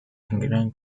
gran